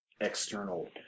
external